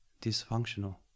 dysfunctional